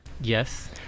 Yes